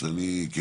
אמרתי שאני כוועדה,